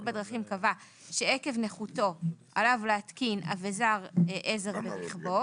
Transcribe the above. בדרכים קבע שעקב נכותו עליו להתקין אבזר עזר ברכבו,